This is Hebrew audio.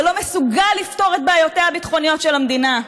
אבל לא מסוגל לפתור את בעיותיה הביטחוניות של המדינה.